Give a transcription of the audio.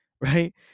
Right